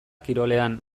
kirolean